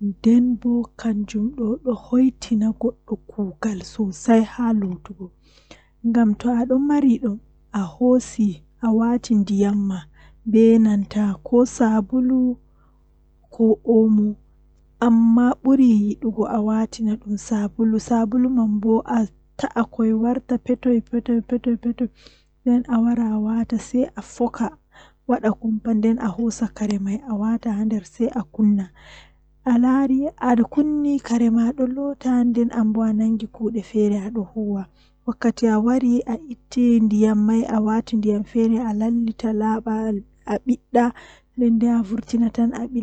didi ngam kanjum do mi dillan feere am nden mi yahan mi yotta wakkati jei mi mari haaje wala mo darni am walamo aati am haala hunde feere.